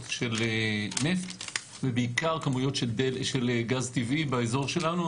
של נפט ובעיקר כמויות של גז טבעי באזור שלנו.